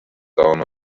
down